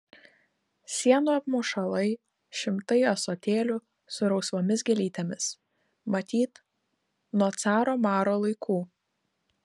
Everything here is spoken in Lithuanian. sienų apmušalai šimtai ąsotėlių su rausvomis gėlytėmis matyt nuo caro maro laikų